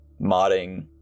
modding